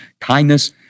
kindness